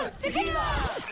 tequila